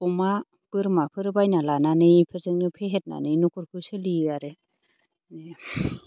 अमा बोरमाफोर बायना लानानै बेफोरजोंनो फेहेरनानै न'खरखौ सोलियो आरो माने